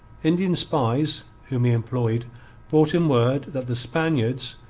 indian spies whom he employed brought him word that the spaniards,